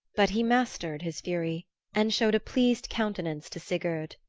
but he mastered his fury and showed a pleased countenance to sigurd.